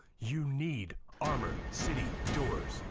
you need armor city doors.